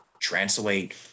translate